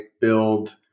build